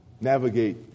navigate